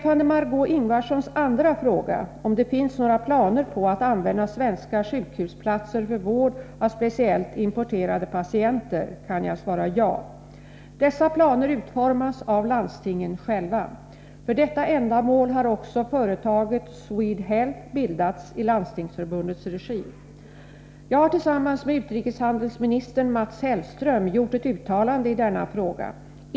På Marg6 Ingvardssons andra fråga, om det finns några planer på att använda svenska sjukhusplatser för vård av speciellt importerade patienter, kan jag svara ja. Dessa planer utformas av landstingen själva. För detta ändamål har också företaget Swedhealth bildats i Landstingsförbundets regi. Jag har tillsammans med utrikeshandelsministern Mats Hellström gjort ett uttalande i denna fråga.